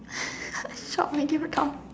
stop making me laugh